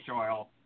oil